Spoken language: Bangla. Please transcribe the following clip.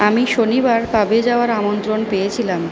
আমি শনিবার পাবে যাওয়ার আমন্ত্রণ পেয়েছিলাম